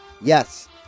Yes